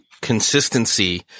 consistency